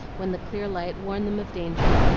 when the clear light warned them of danger,